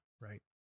right